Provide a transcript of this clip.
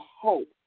Hope